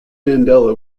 mandela